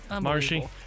Marshy